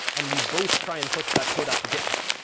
and we both try and push that code up to github?